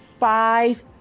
five